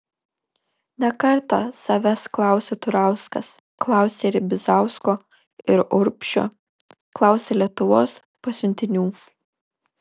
ne kartą savęs klausė turauskas klausė ir bizausko ir urbšio klausė lietuvos pasiuntinių